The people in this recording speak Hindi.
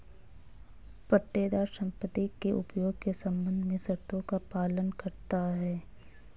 पट्टेदार संपत्ति के उपयोग के संबंध में शर्तों का पालन करता हैं